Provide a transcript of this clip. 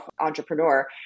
entrepreneur